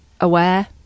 aware